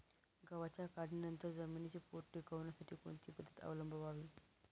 गव्हाच्या काढणीनंतर जमिनीचा पोत टिकवण्यासाठी कोणती पद्धत अवलंबवावी?